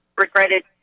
regretted